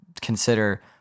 consider